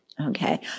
okay